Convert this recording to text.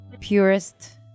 purest